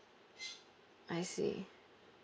I see